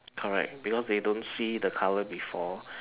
correct because they don't see the colour before